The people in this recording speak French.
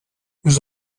nous